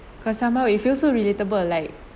cause somehow you feel so relatable like